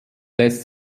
lässt